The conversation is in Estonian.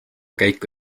käiku